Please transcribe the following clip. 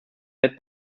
led